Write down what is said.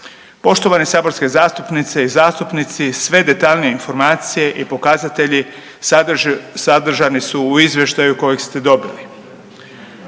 Poštovane saborske zastupnice i zastupnici sve detaljnije informacije i pokazatelji sadržani su u izvještaju kojeg ste dobili.